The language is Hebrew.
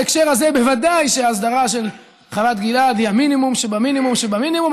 בהקשר הזה ודאי שההסדרה של חוות גלעד היא המינימום שבמינימום שבמינימום.